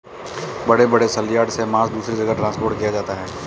बड़े बड़े सलयार्ड से मांस दूसरे जगह ट्रांसपोर्ट किया जाता है